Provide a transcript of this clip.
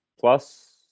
Plus